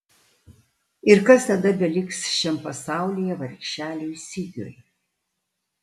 ir kas tada beliks šiam pasaulyje vargšeliui sigiui